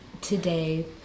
today